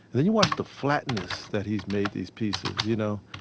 then you watch the flatness that he's made these pieces, you know,